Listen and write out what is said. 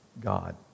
God